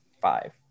five